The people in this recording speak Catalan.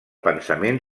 pensament